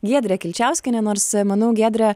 giedre kilčiauskiene nors manau giedre